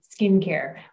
skincare